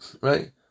Right